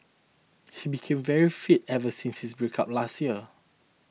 he became very fit ever since his breakup last year